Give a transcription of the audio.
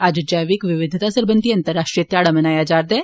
अज्ज जैविक विविधता सरबंधी अंतर्राश्ट्रीय ध्याड़ा मनाया जा'रदा ऐ